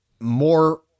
more